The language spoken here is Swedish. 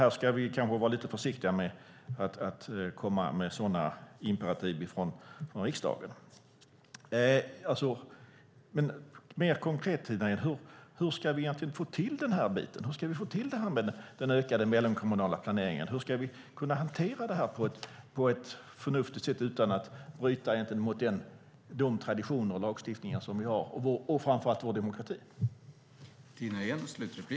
Vi ska kanske vara lite försiktiga med att komma med sådana imperativ från riksdagen. Hur, Tina Ehn, ska vi mer konkret få till det med den ökade mellankommunala planeringen? Hur ska vi kunna hantera det här på ett förnuftigt sätt utan att bryta mot de traditioner och lagstiftningar som vi har och framför allt mot vår demokrati?